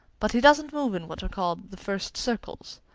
but he doesn't move in what are called the first circles.